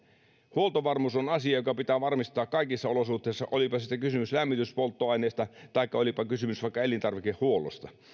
huoltovarmuus on asia joka pitää varmistaa kaikissa olosuhteissa olipa sitten kysymys lämmityspolttoaineesta taikka olipa kysymys vaikka elintarvikehuollosta